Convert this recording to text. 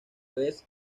vez